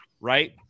Right